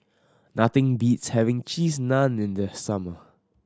nothing beats having Cheese Naan in the summer